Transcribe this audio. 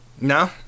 No